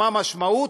מה המשמעות?